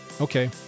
Okay